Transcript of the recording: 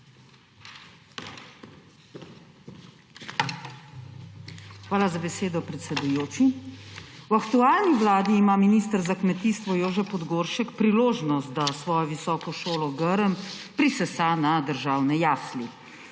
Hvala za besedo, predsedujoči. V aktualni vladi ima minister za kmetijstvo Jože Podgoršek priložnost, da svojo Visoko šolo Grm prisesa na državne jasli.